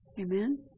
Amen